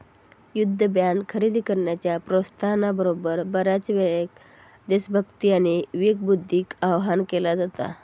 युद्ध बॉण्ड खरेदी करण्याच्या प्रोत्साहना बरोबर, बऱ्याचयेळेक देशभक्ती आणि विवेकबुद्धीक आवाहन केला जाता